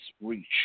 reach